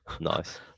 nice